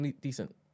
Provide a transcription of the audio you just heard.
decent